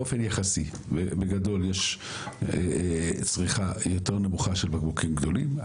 באופן יחסי ובגדול יש צריכה יותר נמוכה של בקבוקים גדולים.